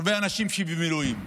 הרבה אנשים שבמילואים.